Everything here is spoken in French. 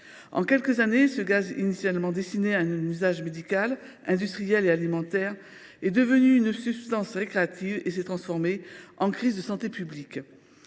En quelques années, ce gaz initialement destiné à un usage médical, industriel et alimentaire est devenu une substance récréative et son usage donne désormais lieu à une crise de santé publique.